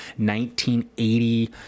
1980